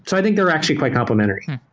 so i think they're actually quite complementary.